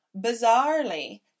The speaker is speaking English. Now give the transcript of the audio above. Bizarrely